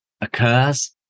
occurs